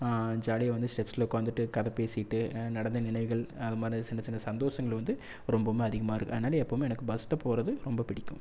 ஜாலியாக வந்து ஸ்டெப்ஸில் உக்காந்துகிட்டு கதை பேசிகிட்டு நடந்த நினைவுகள் அது மாதிரி சின்ன சின்ன சந்தோஷங்கள் வந்து ரொம்பவும் அதிகமாயிருக்கு அதனால் எப்பவும் எனக்கு பஸ்ஸில் போகிறது ரொம்ப பிடிக்கும்